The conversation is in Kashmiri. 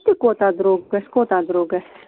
تہٕ کوٗتاہ درٛۅگ گَژھِ کوٗتاہ درٛۅگ گژھِ